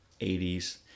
80s